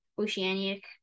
oceanic